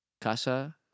casa